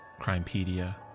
Crimepedia